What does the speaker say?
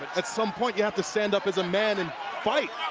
at some point, you have to stand up as a man and fight.